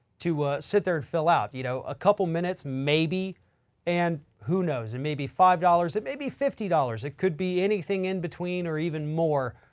to sit there and fill out. you know, a couple minutes maybe and who knows, it may be five dollars, it may be fifty dollars. it could be anything in between or even more.